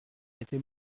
était